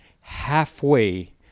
halfway